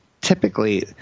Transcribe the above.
typically